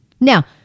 Now